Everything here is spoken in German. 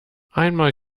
einmal